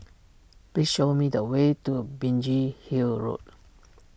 please show me the way to A Biggin Hill Road